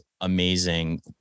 amazing